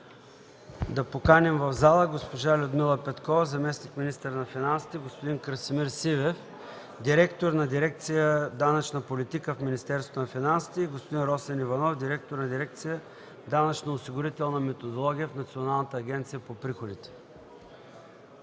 в пленарната зала госпожа Людмила Петкова – заместник-министър на финансите, господин Красимир Сивев – директор на дирекция „Данъчна политика” в Министерството на финансите, господин Росен Иванов – директор на дирекция „Данъчно-осигурителна методология” в Националната агенция за приходите.